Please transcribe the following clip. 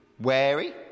wary